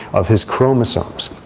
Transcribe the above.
of his chromosomes.